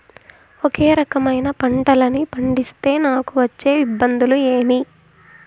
ఒకే రకమైన పంటలని పండిస్తే నాకు వచ్చే ఇబ్బందులు ఏమి?